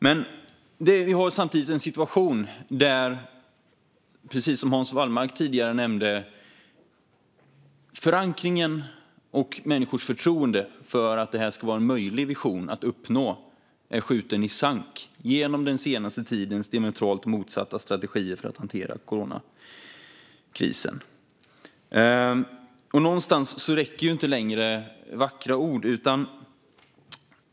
Men vi har samtidigt en situation där, precis som Hans Wallmark tidigare nämnde, förankringen och människors förtroende för att det här ska vara en möjlig vision att uppnå är skjuten i sank genom den senaste tidens diametralt motsatta strategier för att hantera coronakrisen. Vackra ord räcker inte längre.